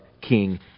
King